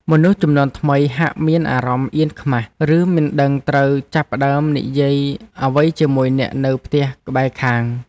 មនុស្សជំនាន់ថ្មីហាក់មានអារម្មណ៍អៀនខ្មាស ឬមិនដឹងត្រូវចាប់ផ្ដើមនិយាយអ្វីជាមួយអ្នកនៅផ្ទះក្បែរខាង។